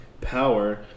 power